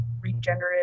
regenerative